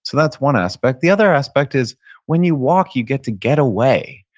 so that's one aspect. the other aspect is when you walk, you get to get away.